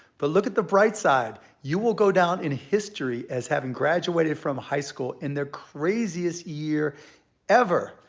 but look at the bright side, you will go down in history as having graduated from high school in the craziest year ever.